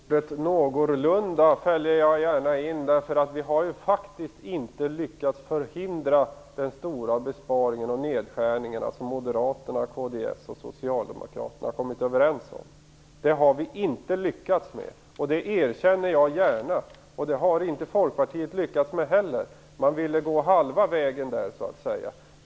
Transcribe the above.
Herr talman! Ordet "någorlunda" sätter jag gärna in därför att vi faktiskt inte har lyckats förhindra de stora besparingar och nedskärningar som moderaterna, kds-arna och socialdemokraterna kommit överens om. Det erkänner jag gärna. Det har inte folkpartisterna lyckats med heller. Man ville gå halva vägen så att säga.